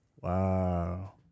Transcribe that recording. Wow